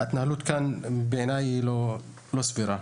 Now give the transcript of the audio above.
ההתנהלות כאן בעיניי היא לא סבירה.